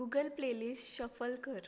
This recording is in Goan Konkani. गुगल प्ले लिस्ट शफल कर